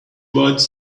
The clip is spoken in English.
writes